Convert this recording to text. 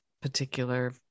particular